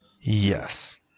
Yes